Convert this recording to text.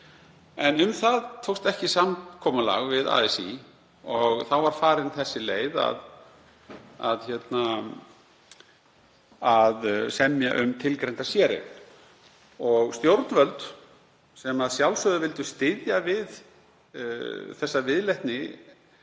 En um það tókst ekki samkomulag við ASÍ og þá var farin sú leið að semja um tilgreinda séreign. Stjórnvöld, sem að sjálfsögðu vildu styðja við viðleitni